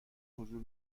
حضور